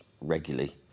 regularly